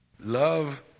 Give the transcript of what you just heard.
Love